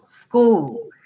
school